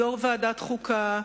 יושב-ראש ועדת החוקה,